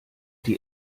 die